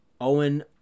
Owen